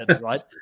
right